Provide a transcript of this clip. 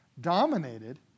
dominated